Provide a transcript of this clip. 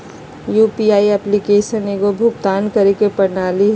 UPI application एगो भुक्तान करे के प्रणाली हइ